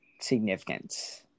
significance